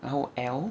然后 L